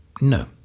No